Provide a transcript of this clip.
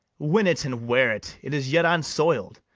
win it, and wear it it is yet unsoil'd.